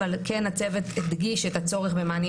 אבל הצוות כן הדגיש את הצורך במענים